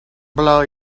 blow